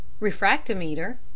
refractometer